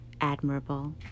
admirable